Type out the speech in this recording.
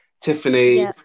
Tiffany